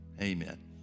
Amen